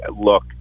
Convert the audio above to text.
look